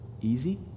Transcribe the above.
easy